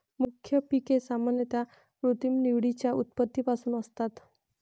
मुख्य पिके सामान्यतः कृत्रिम निवडीच्या उत्पत्तीपासून असतात